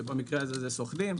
ובמקרה הזה זה סוכנים.